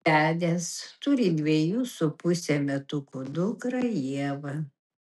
vedęs turi dviejų su puse metukų dukrą ievą